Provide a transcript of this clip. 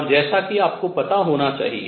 और जैसा कि आपको पता होना चाहिए